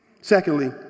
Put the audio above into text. Secondly